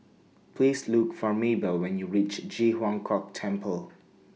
Please Look For Maybell when YOU REACH Ji Huang Kok Temple